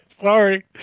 Sorry